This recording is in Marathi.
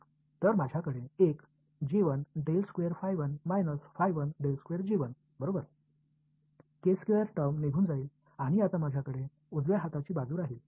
तर माझ्याकडे एक बरोबर टर्म निघून जाईल आणि आता माझ्याकडे उजव्या हाताची बाजू राहील